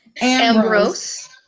Ambrose